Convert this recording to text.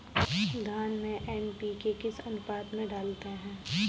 धान में एन.पी.के किस अनुपात में डालते हैं?